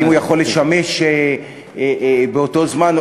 האם הוא יכול לשמש באותו זמן,